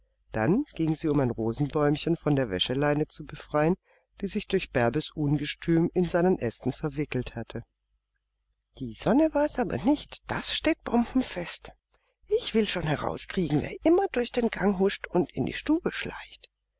dann ging sie um ein rosenbäumchen von der waschleine zu befreien die sich durch bärbes ungestüm in seinen aesten verwickelt hatte die sonne war's aber nicht das steht bombenfest ich will's schon herauskriegen wer immer durch den gang huscht und in die stube schleicht